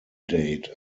date